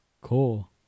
cool